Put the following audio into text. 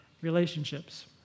relationships